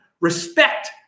Respect